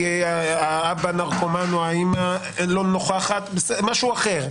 כי אולי האבא הוא נרקומן או האימא לא נוכחת או משהו אחר.